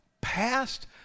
Past